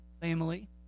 family